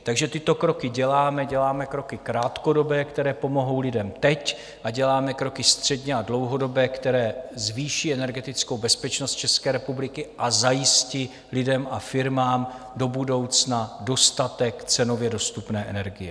Takže tyto kroky děláme, děláme kroky krátkodobé, které pomohou lidem teď, a děláme kroky středně a dlouhodobé, které zvýší energetickou bezpečnost České republiky a zajistí lidem a firmám do budoucna dostatek cenově dostupné energie.